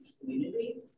community